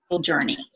journey